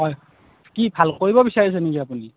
হয় কি ভাল কৰিব বিচাৰিছে নেকি আপুনি